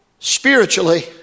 Spiritually